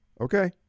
okay